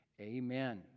Amen